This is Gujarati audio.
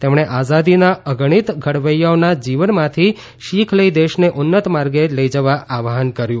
તેમણે આઝાદીના અગણિત ઘડવૈયાઓના જીવનમાંથી શીખ લઈ દેશને ઉન્નત માર્ગે લઈ જવા આહ્વાન કર્યું